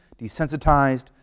desensitized